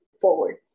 forward